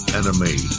enemy